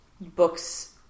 Books